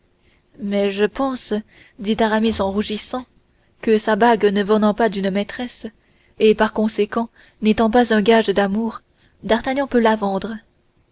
mais je pense dit aramis en rougissant que sa bague ne venant pas d'une maîtresse et par conséquent n'étant pas un gage d'amour d'artagnan peut la vendre